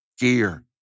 gear